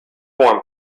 form